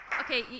Okay